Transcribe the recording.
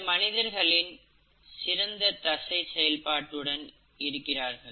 சில மனிதர்களின் சிறந்த தசை செயல்பாட்டுடன் இருக்கிறார்கள்